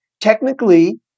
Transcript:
Technically